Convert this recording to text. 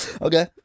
Okay